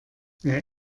wer